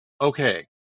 okay